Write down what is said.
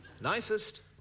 nicest